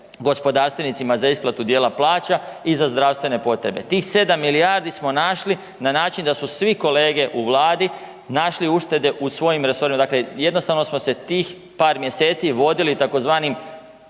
gospodarstvenicima za isplatu dijela plaća i za zdravstvene potrebe. Tih 7 milijardi smo našli na način da su svi kolege u Vladi našli uštede u svojim resorima, dakle jednostavno smo se tih par mjeseci vodili tzv.